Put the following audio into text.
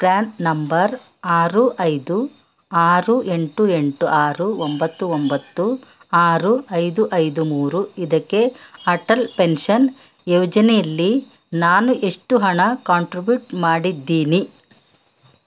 PRAN number ಆರು ಐದು ಆರು ಎಂಟು ಎಂಟು ಆರು ಒಂಬತ್ತು ಒಂಬತ್ತು ಆರು ಐದು ಐದು ಮೂರು ಇದಕ್ಕೆ ಅಟಲ್ ಪೆನ್ಷನ್ ಯೋಜನೆಲಿ ನಾನು ಎಷ್ಟು ಹಣ ಕಾಂಟ್ರಿಬ್ಯೂಟ್ ಮಾಡಿದ್ದೀನಿ